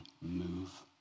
move